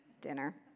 dinner